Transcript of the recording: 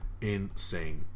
Insane